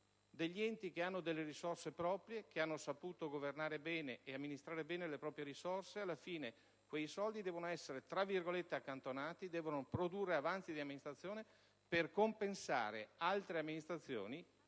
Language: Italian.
gli enti che hanno delle risorse proprie, che hanno saputo governare bene ed amministrare bene le proprie risorse, alla fine quei soldi devono essere "accantonati", devono produrre avanzi di amministrazione per compensare altre amministrazioni